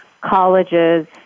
colleges